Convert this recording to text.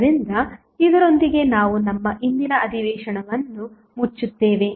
ಆದ್ದರಿಂದ ಇದರೊಂದಿಗೆ ನಾವು ನಮ್ಮ ಇಂದಿನ ಉಪನ್ಯಾಸವನ್ನು ಮುಚ್ಚುತ್ತೇವೆ